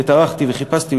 וטרחתי וחיפשתי,